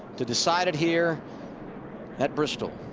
to decide it here at bristol.